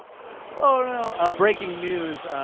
oh no. breaking news,